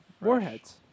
Warheads